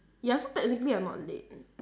ya so technically I'm not late